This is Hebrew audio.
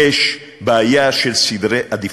יש בעיה של סדרי עדיפות.